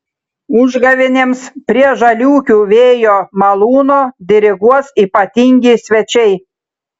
užgavėnėms prie žaliūkių vėjo malūno diriguos ypatingi svečiai